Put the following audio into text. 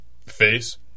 face